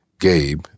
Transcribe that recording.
Gabe